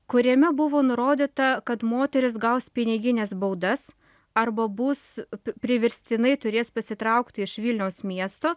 kuriame buvo nurodyta kad moterys gaus pinigines baudas arba bus priverstinai turės pasitraukti iš vilniaus miesto